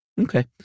Okay